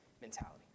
mentality